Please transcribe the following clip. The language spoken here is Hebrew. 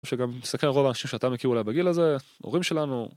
שגם תסתכל על רוב האנשים שאתה מכיר אולי בגיל הזה, הורים שלנו.